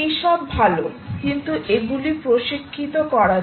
এই সব ভাল কিন্তু এগুলি প্রশিক্ষিত করা হয়